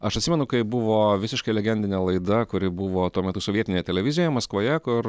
aš atsimenu kai buvo visiškai legendinė laida kuri buvo tuo metu sovietinėje televizijoje maskvoje kur